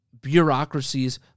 bureaucracies